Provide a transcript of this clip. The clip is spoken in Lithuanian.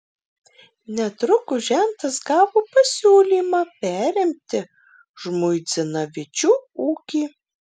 netrukus žentas gavo pasiūlymą perimti žmuidzinavičių ūkį